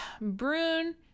Brune